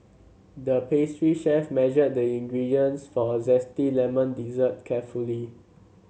the pastry chef measured the ingredients for a zesty lemon dessert carefully